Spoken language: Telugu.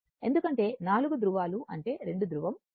ఎందుకంటే నాలుగు ధృవాలు అంటే 2 ధృవం జత